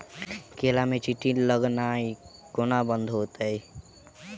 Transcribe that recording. केला मे चींटी लगनाइ कोना बंद हेतइ?